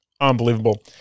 unbelievable